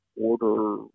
order